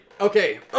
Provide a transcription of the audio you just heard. Okay